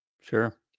Sure